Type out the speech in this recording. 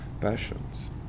passions